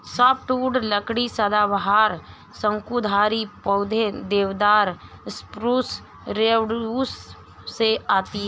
softwood लकड़ी सदाबहार, शंकुधारी पेड़ों, देवदार, स्प्रूस, रेडवुड से आती है